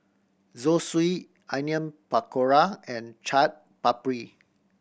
Zosui Onion Pakora and Chaat Papri